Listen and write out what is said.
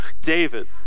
David